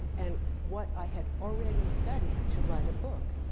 and what i had already studied to write a book.